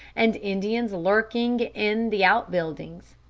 and indians lurking in the out-buildings.